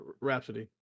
Rhapsody